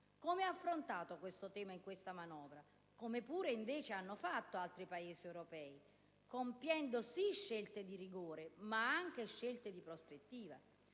Come ha affrontato tale tema in questa manovra, cosa che, invece, hanno fatto altri Paesi europei, compiendo, sì, scelte di rigore, ma anche di prospettiva?